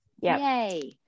Yay